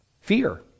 Fear